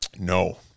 no